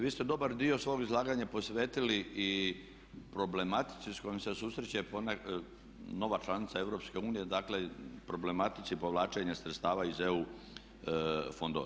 Vi ste dobar dio svog izlaganja posvetili i problematici sa kojom se susreće nova članica EU, dakle problematici povlačenja sredstava iz EU fondova.